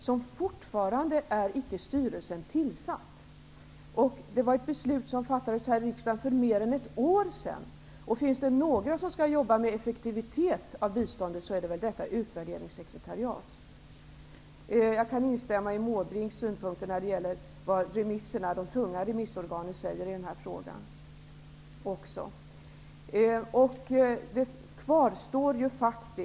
Styrelsen är fortfarande inte tillsatt. Det beslutet fattades här i riksdagen för mer än ett år sedan. Finns det några som skall arbeta med effektivisering av biståndet så är det detta utvärderingssekretariat. Jag kan instämma i Bertil Måbrinks synpunkter på vad de tunga remissorganen säger i denna fråga.